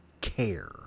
care